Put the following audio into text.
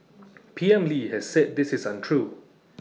P M lee has said this is untrue